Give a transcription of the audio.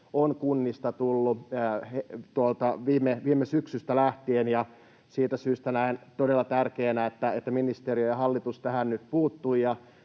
on kunnista tullut tuolta viime syksystä lähtien, ja siitä syystä näen todella tärkeänä, että ministeriö ja hallitus tähän nyt puuttuivat